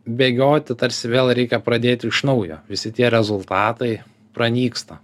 bėgioti tarsi vėl reikia pradėti iš naujo visi tie rezultatai pranyksta